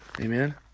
amen